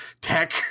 tech